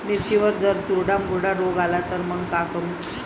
मिर्चीवर जर चुर्डा मुर्डा रोग आला त मंग का करू?